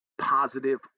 positive